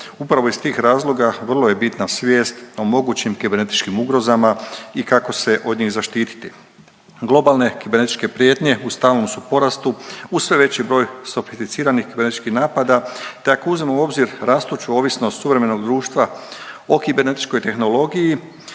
Upravo iz tih razloga vrlo je bitna svijest o mogućim kibernetičkim ugrozama i kako se od njih zaštititi. Globalne kibernetičke prijetnje u stalnom su porastu uz sve veći broj sofisticiranih kibernetičkih napada te ako uzmemo u obzir rastuću ovisnost suvremenog društva o kibernetičkoj tehnologiji